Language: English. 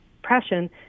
depression